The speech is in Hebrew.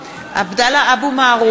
(קוראת בשמות חברי הכנסת) עבדאללה אבו מערוף,